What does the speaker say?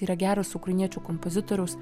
yra geras ukrainiečių kompozitoriaus